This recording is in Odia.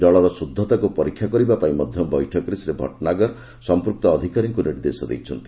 ଜଳର ଶୁଦ୍ଧତାକୁ ପରୀକ୍ଷା କରିବା ପାଇଁ ମଧ୍ୟ ବୈଠକରେ ଶ୍ରୀ ଭଟନାଗର ସଂପୃକ୍ତ ଅଧିକାରୀଙ୍କୁ ନିର୍ଦ୍ଦେଶ ଦେଇଛନ୍ତି